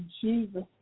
Jesus